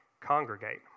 congregate